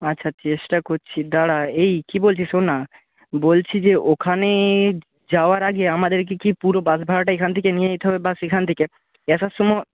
আচ্ছা চেষ্টা করছি দাঁড়া এই কি বলছি শোন না বলছি যে ওখানে যাওয়ার আগে আমাদেরকে কি পুরো বাস ভাড়াটা এখান থেকে নিয়ে যেতে হবে বা সেখান থেকে আসার সময়